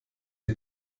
die